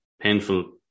painful